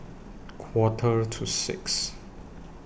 Quarter to six